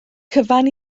cyfan